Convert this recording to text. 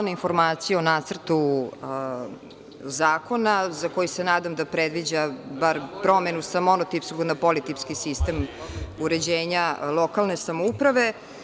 Hvala na informaciji o Nacrtu zakona, za koji se nadam da predviđa bar promenu sa monotipskog na politipski sistem uređenja lokalne samouprave.